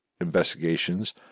investigations